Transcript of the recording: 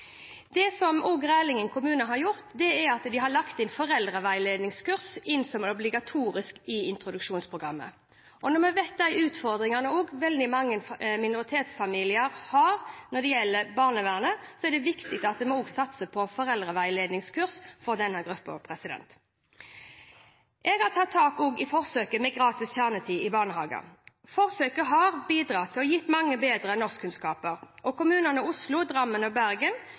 Det som Rælingen kommune også har gjort, er at de har lagt inn foreldreveiledningskurs som obligatorisk i introduksjonsprogrammet. Når vi vet om de utfordringene som veldig mange minoritetsfamilier også har når det gjelder barnevernet, er det viktig at vi også satser på foreldreveiledningskurs for denne gruppa. Jeg har også tatt tak i forsøket med gratis kjernetid i barnehager. Forsøket har bidratt til å gi mange barn bedre norskkunnskaper. Kommunene Oslo, Drammen og Bergen,